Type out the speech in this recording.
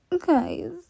Guys